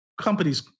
companies